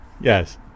Yes